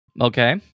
Okay